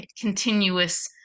continuous